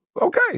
okay